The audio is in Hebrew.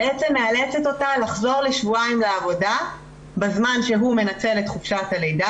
בעצם מאלצת אותה לחזור לשבועיים לעבודה בזמן שהוא מנצל את חופשת הלידה,